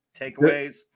Takeaways